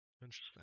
Interesting